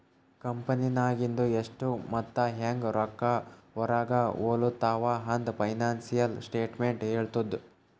ಕಂಪೆನಿನಾಗಿಂದು ಎಷ್ಟ್ ಮತ್ತ ಹ್ಯಾಂಗ್ ರೊಕ್ಕಾ ಹೊರಾಗ ಹೊಲುತಾವ ಅಂತ್ ಫೈನಾನ್ಸಿಯಲ್ ಸ್ಟೇಟ್ಮೆಂಟ್ ಹೆಳ್ತುದ್